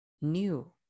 new